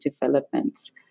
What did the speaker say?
developments